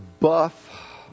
buff